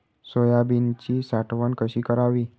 सोयाबीनची साठवण कशी करावी?